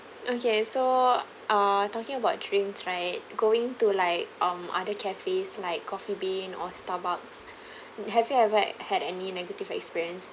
okay so uh talking about drinks right going to like um other cafes like Coffee Bean or Starbucks have you ever had any negative experience